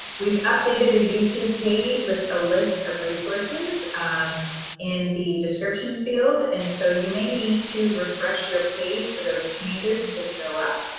we've updated the youtube page with a list of resources in the description description field. and so you may need to refresh your page for those changes to show up.